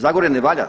Zagorje ne valja?